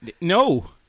No